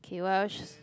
Kay what else